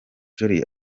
jolly